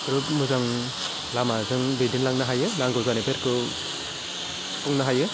ग्रोब मोजां लामाजों दैदेनलांनो हायो नांगौ जानायफोरखौ सुफुंनो हायो